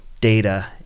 data